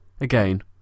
again